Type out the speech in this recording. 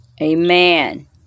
Amen